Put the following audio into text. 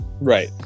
Right